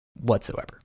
whatsoever